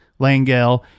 Langell